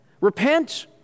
Repent